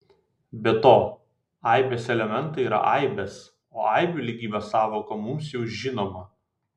be to aibės elementai yra aibės o aibių lygybės sąvoka mums jau žinoma